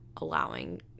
allowing